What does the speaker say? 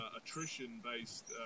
attrition-based